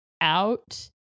out